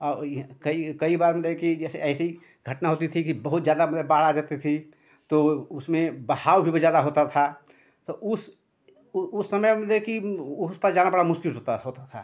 औ ये कई कई बार मतलब कि जैसे ऐसे ही घटना होती थी कि बहुत ज़्यादा मतलब बाढ़ आ जाती थी तो उसमें बहाव भी ज़्यादा होता था तो उस उस समय मतलब कि उस पार जाना बड़ा मुश्किल से होता था होता था